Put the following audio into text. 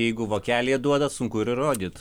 jeigu vokelyje duoda sunku ir įrodyt